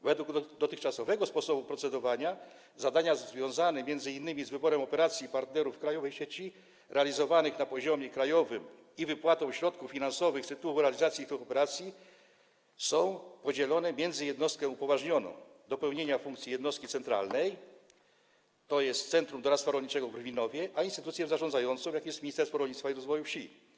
Według dotychczasowego sposobu procedowania zadania związane m.in. z wyborem operacji partnerów krajowej sieci realizowanych na poziomie krajowym i wypłatą środków finansowych z tytułu realizacji tych operacji są podzielone między jednostkę upoważnioną do pełnienia funkcji jednostki centralnej, tj. Centrum Doradztwa Rolniczego w Brwinowie, a instytucję zarządzającą, jaką jest Ministerstwo Rolnictwa i Rozwoju Wsi.